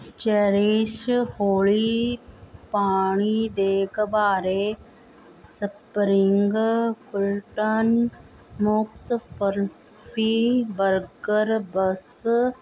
cherish Holi ਪਾਣੀ ਦੇ ਗੁਬਾਰੇ ਸਪਰਿੰਗ ਗਲੁਟਨ ਮੁਕਤ ਫਲਫੀ ਬਰਗਰ ਬਸ